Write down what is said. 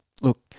look